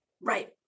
Right